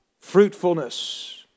Fruitfulness